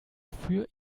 für